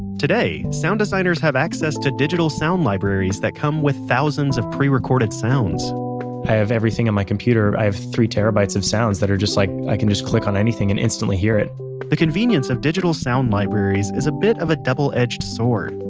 today, sound designers have access to digital sound libraries that come with thousands of pre-recorded sounds i have everything in my computer. i have three terabytes of sounds that are just like, i can just click on anything and instantly hear it the convenience convenience of digital sound libraries is a bit of a double-edged sword.